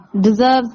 deserves